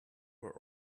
were